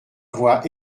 voix